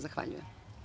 Zahvaljujem.